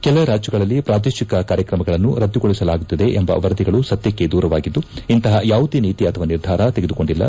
ಕೆಲ ರಾಜ್ಯಗಳಲ್ಲಿ ಪ್ರಾದೇಶಿಕ ಕಾರ್ಯಕ್ರಮಗಳನ್ನು ರದ್ದುಗೊಳಿಸಲಾಗುತ್ತಿದೆ ಎಂಬ ವರದಿಗಳು ಸತ್ಯಕ್ಕೆ ದೂರವಾಗಿದ್ದು ಇಂತಹ ಯಾವುದೇ ನೀತಿ ಅಥವಾ ನಿರ್ಧಾರ ತೆಗೆದುಕೊಂಡಿಲ್ಲ